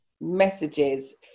messages